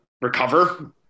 recover